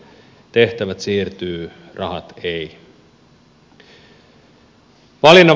tehtävät siirtyvät rahat eivät